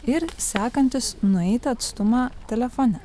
ir sekantys nueitą atstumą telefone